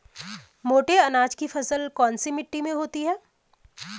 मोटे अनाज की फसल कौन सी मिट्टी में होती है?